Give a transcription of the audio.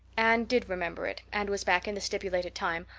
anne did remember it and was back in the stipulated time,